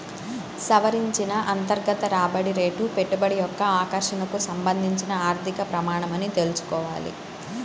సవరించిన అంతర్గత రాబడి రేటు పెట్టుబడి యొక్క ఆకర్షణకు సంబంధించిన ఆర్థిక ప్రమాణమని తెల్సుకోవాలి